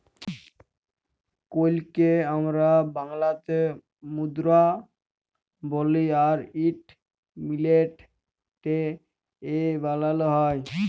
কইলকে আমরা বাংলাতে মুদরা বলি আর ইট মিলটে এ বালালো হয়